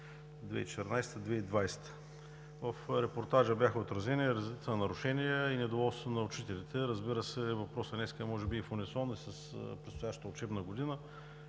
2014 – 2020“. В репортажа бяха отразени редица нарушения и недоволството на учителите. Разбира се, въпросът днес може би е и в унисон с предстоящата учебна година